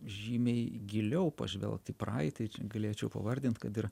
žymiai giliau pažvelgt į praeitį galėčiau pavardint kad ir